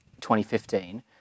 2015